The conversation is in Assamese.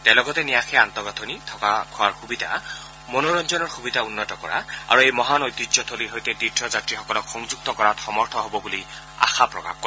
তেওঁ লগতে ন্যাসে আন্তঃগাঁথনি থকা খোৱাৰ সুবিধা মনোৰঞ্জনৰ সুবিধা উন্নত কৰা আৰু এই মহান ঐতিহ্যথলীৰ সৈতে তীৰ্থযাত্ৰীসকলক সংযুক্ত কৰাত সমৰ্থ হ'ব বুলি আশা প্ৰকাশ কৰে